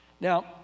Now